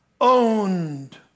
owned